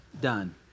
done